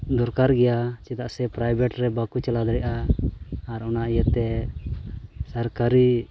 ᱫᱚᱨᱠᱟᱨ ᱜᱮᱭᱟ ᱪᱮᱫᱟᱜ ᱥᱮ ᱯᱨᱟᱭᱵᱷᱮᱹᱴ ᱨᱮ ᱵᱟᱠᱚ ᱪᱟᱞᱟᱣ ᱫᱟᱲᱮᱭᱟᱜᱼᱟ ᱟᱨ ᱚᱱᱟ ᱤᱭᱟᱹᱛᱮ ᱥᱚᱨᱠᱟᱨᱤ